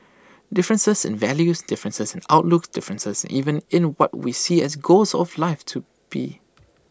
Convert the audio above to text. differences in values differences in outlooks differences even in what we see as goals of life to be